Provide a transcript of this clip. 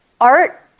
art